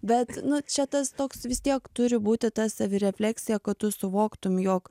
bet čia tas toks vis tiek turi būti ta savirefleksija kad tu suvoktum jog